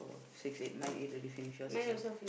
oh six eight mine eight already finish yours also ah